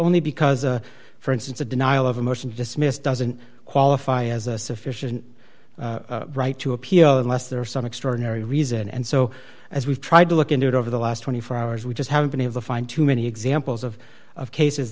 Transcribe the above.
only because a for instance a denial of a motion to dismiss doesn't qualify as a sufficient right to appeal unless there is some extraordinary reason and so as we've tried to look into it over the last twenty four hours we just haven't been able to find too many examples of of cases